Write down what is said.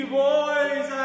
boys